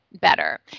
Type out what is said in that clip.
better